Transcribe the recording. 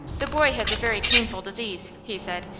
the boy has a very painful disease, he said,